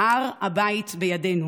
"הר הבית בידינו"